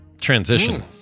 Transition